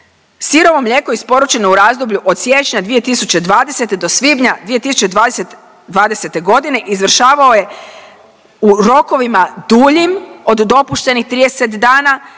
sirovo mlijeko isporučeno u razdoblju od siječnja 2020. do svibnja 2020.g. izvršavao je u rokovima duljim od dopuštenih 30 dana